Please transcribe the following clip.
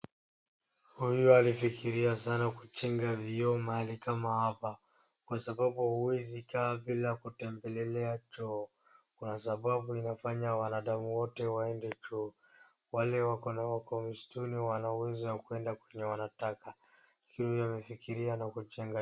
Huyu alifikiria sana kujenga vyuo mahali kama hapa kwa sababu huwezi kaa bila kutembelea choo kwa sababu inafanya wanadamu wote waende choo wale wako nao huko msituni wako na uwezo wa kuenda kwenye wanataka ikiwa amefikiria na kujenga.